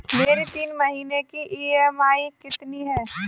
मेरी तीन महीने की ईएमआई कितनी है?